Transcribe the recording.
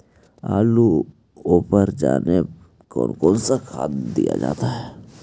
आलू ओवर जाने में कौन कौन सा खाद दिया जाता है?